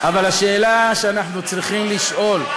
אבל השאלה שאנחנו צריכים לשאול,